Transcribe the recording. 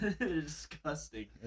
disgusting